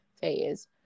phase